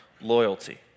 loyalty